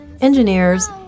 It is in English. engineers